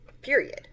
Period